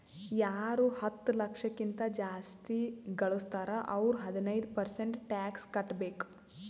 ಯಾರು ಹತ್ತ ಲಕ್ಷ ಕಿಂತಾ ಜಾಸ್ತಿ ಘಳುಸ್ತಾರ್ ಅವ್ರು ಹದಿನೈದ್ ಪರ್ಸೆಂಟ್ ಟ್ಯಾಕ್ಸ್ ಕಟ್ಟಬೇಕ್